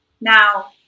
now